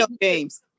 games